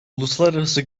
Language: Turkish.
uluslararası